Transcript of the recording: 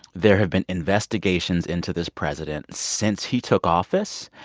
there have been investigations into this president since he took office,